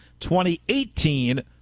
2018